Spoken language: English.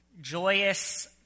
joyous